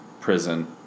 prison